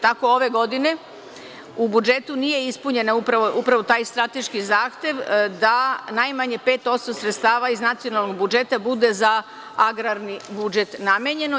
Tako ove godine u budžetu nije ispunjen taj strateški zahtev da najmanje 5% sredstava iz nacionalnog budžeta bude za agrarni budžet namenjeno.